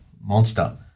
monster